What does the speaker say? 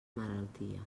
malaltia